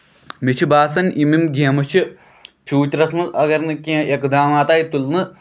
مےٚ چھُ باسان یِم یِم گیمہٕ چھِ فوٗچرَس منٛز اَگر نہٕ کیٚنہہ اِقدام اَتھ آیہِ تُلنہٕ